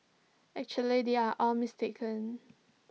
actually they are all mistaken